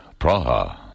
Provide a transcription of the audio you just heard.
Praha